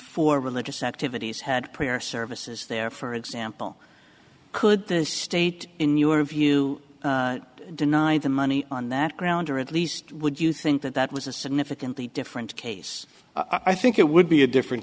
for religious activities had prayer services there for example could this state in newark view deny the money on that ground or at least would you think that that was a significantly different case i think it would be a different